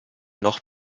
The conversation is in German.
noch